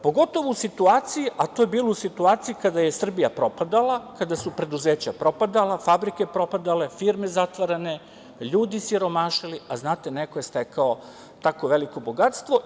Pogotovo u situaciji, a to je bilo u situaciji kada je Srbija propadala, kada su preduzeća propadala, fabrike propadale, firme zatvarane, ljudi siromašili, a znate neko je stekao tako veliko bogatstvo.